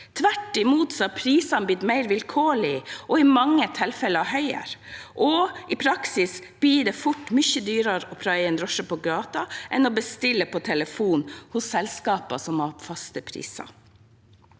Tvert imot har prisene blitt mer vilkårlige og i mange tilfeller høyere. I praksis blir det fort mye dyrere å praie en drosje på gaten enn å bestille på telefon hos selskaper som har faste priser.